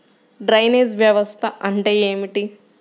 Drainage వ్యవస్థ అంటే ఏమిటి?